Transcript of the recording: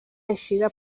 eixida